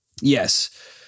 Yes